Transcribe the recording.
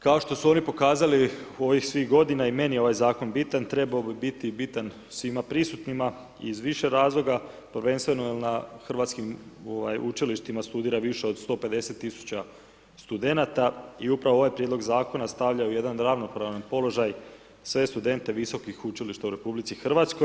Kao što su oni pokazali u ovih svih g. i meni je ovaj zakon, trebao bi biti bitan svima prisutnima iz više razloga, prvenstveno jer na hrvatskim učilištima studira više od 150 tisuća studenata i upravo ovaj prijedlog zakona, stavlja u jedan ravnopravan položaj sve studente visokih učilišta u RH.